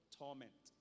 torment